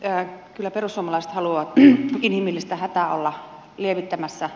kyllä perussuomalaiset ha luavat inhimillistä hätää olla lievittämässä